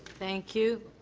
thank you.